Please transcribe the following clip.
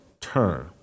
turn